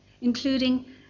including